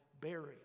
burial